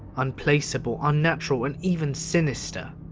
unplaceable, unnatural, and even sinister.